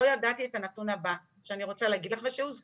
לא ידעתי את הנתון הבא שאני רוצה להגיד לך ושהוא אגב